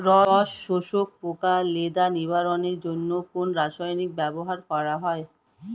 রস শোষক পোকা লেদা নিবারণের জন্য কোন রাসায়নিক ব্যবহার করা হয়?